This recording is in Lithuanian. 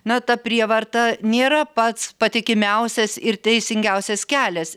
na ta prievarta nėra pats patikimiausias ir teisingiausias kelias